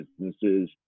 businesses